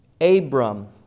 Abram